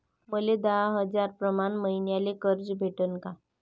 मले दहा हजार प्रमाण मईन्याले कर्ज भेटन का?